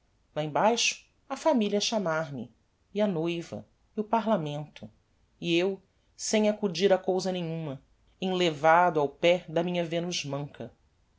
lá em baixo a familia a chamar-me e a noiva e o parlamento e eu sem acudir a cousa nenhuma enlevado ao pé da minha venus manca